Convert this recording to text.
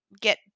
get